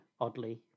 oddly